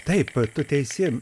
taip tu teisi